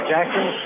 Jackson